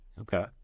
Okay